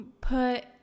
put